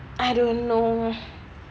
I don't know